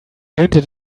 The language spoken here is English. hinted